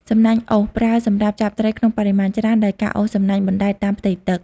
សំណាញ់អូស ប្រើសម្រាប់ចាប់ត្រីក្នុងបរិមាណច្រើន ដោយការអូសសំណាញ់បណ្ដែតតាមផ្ទៃទឹក។